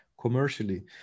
commercially